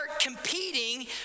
competing